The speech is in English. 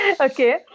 okay